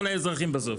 על האזרחים בסוף.